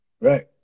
Right